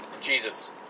Jesus